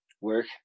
work